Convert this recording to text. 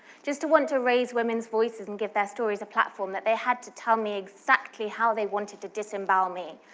just to want to raise women's voices and give their stories a platform, that they had to tell me exactly how they wanted to disembowel me,